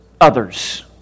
others